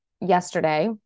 yesterday